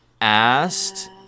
asked